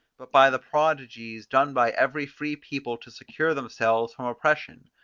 but by the prodigies done by every free people to secure themselves from oppression.